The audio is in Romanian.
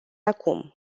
acum